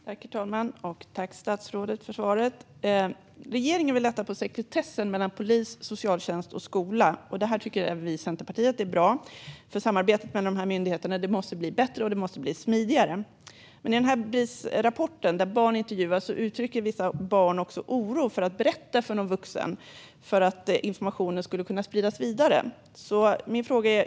Herr talman! Tack för svaret, statsrådet! Regeringen vill lätta på sekretessen mellan polis, socialtjänst och skola. Det tycker även vi i Centerpartiet är bra. Samarbetet mellan de myndigheterna måste bli bättre och smidigare. Men i Brisrapporten, där barn intervjuas, uttrycker vissa barn oro för att berätta för någon vuxen, eftersom informationen skulle kunna spridas vidare.